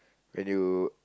and you